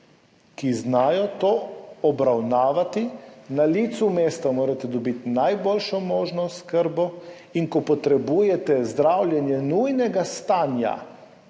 ki znajo to obravnavati, na licu mesta morate dobiti najboljšo možno oskrbo in ko potrebujete zdravljenje nujnega stanja